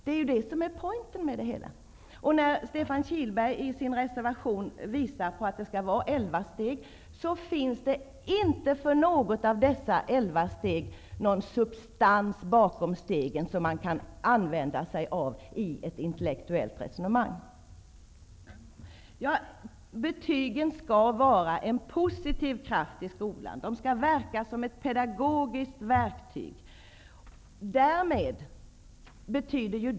Det är det som är poängen med det hela. Stefan Kihlberg visar i sin reservation på 11 steg. Det finns inte för något av dessa 11 steg någon substans som kan användas i ett intellektuellt resonemang. Betygen skall utgöra en positiv kraft i skolan. De skall vara ett pedagogiskt verktyg.